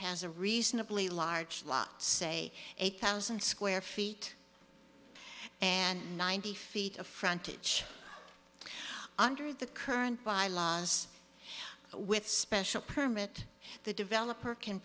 has a reasonably large lot say eight thousand square feet and ninety feet of frontage under the current violence with special permit the developer can